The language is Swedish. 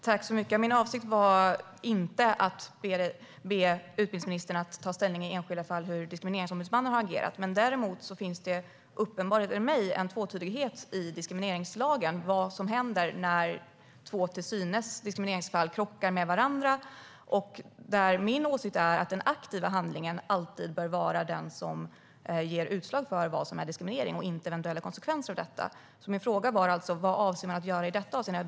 Herr talman! Min avsikt var inte att be utbildningsministern att ta ställning i hur Diskrimineringsombudsmannen har agerat i enskilda fall. För mig finns det en uppenbar tvetydighet i diskrimineringslagen i vad som händer när två till synes lika diskrimineringsfall krockar med varandra. Min åsikt är att den aktiva handlingen alltid bör vara den som ger utslaget diskriminering och inte eventuella konsekvenser av denna. Vad avser man att göra?